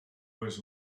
was